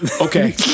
okay